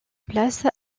place